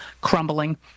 crumbling